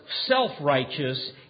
self-righteous